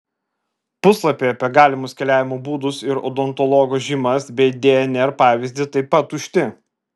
puslapiai apie galimus keliavimo būdus ir odontologo žymas bei dnr pavyzdį taip pat tušti